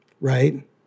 Right